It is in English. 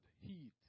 heat